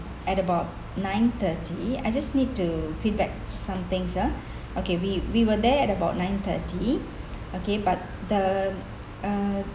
at about nine thirty I just need to feedback somethings ah okay we we were there at about nine thirty okay but the uh